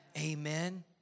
Amen